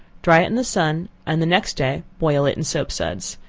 dry it in the sun, and the next day boil it in soap-suds.